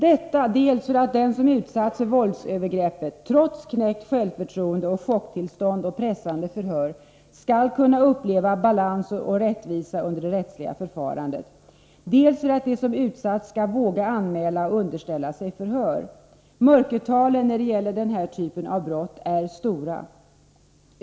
Detta är viktigt dels för att den som utsatts för våldsövergreppet trots knäckt självförtroende, chocktillstånd och pressande förhör skall kunna uppleva balans och rättvisa under det rättsliga förfarandet, dels för att de som utsatts skall våga anmäla och underställa sig förhör. Mörkertalen när det gäller den här typen av brott är stora.